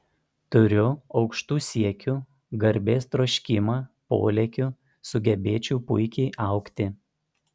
turiu aukštų siekių garbės troškimą polėkių sugebėčiau puikiai augti